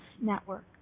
Network